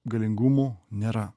galingumų nėra